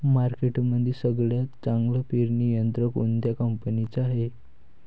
मार्केटमंदी सगळ्यात चांगलं पेरणी यंत्र कोनत्या कंपनीचं हाये?